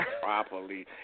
properly